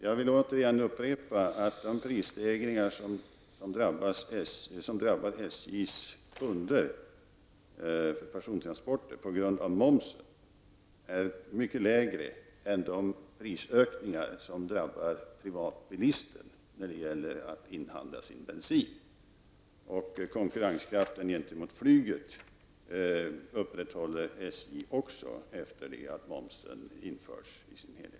Jag vill återigen upprepa att de prisstegringar på grund av momsen som drabbar SJ:s kunder för persontransporter är mycket lägre än de prisökningar som drabbar privatbilister när det gäller att inhandla bensin. SJ kommer också att upprätthålla konkurrenskraften gentemot flyget efter det att momsen har införts i sin helhet.